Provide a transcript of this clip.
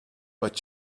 but